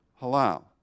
halal